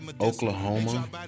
Oklahoma